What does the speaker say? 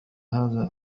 هذا